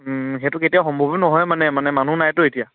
সেইটো কেতিয়া সম্ভৱো নহয় মানে মানে মানুহ নাইতো এতিয়া